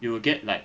you will get like